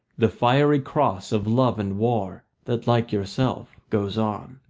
the fiery cross of love and war that like yourself, goes on.